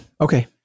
Okay